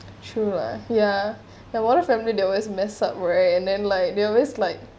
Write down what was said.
true lah ya the one family that was mess up right and then like they always like